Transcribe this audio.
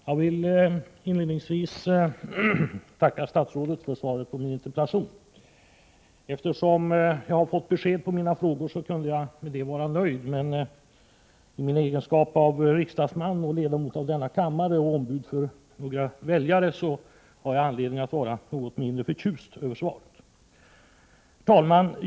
Herr talman! Jag vill inledningsvis tacka statsrådet för svaret på min interpellation. Eftersom jag nu har fått besked vad gäller mina frågor kunde jag vara nöjd därmed, men i egenskap av riksdagsman, och således ledamot av denna kammare, och även i egenskap av ombud för en del väljare har jag anledning att vara något mindre förtjust över svaret.